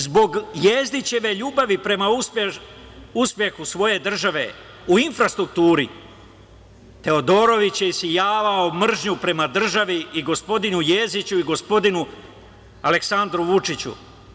Zbog Jezdićeve ljubavi prema uspehu svoje države u infrastrukturi, Teodorović je isijavao mržnju prema državi i gospodinu Jezdiću i gospodinu Aleksandru Vučiću.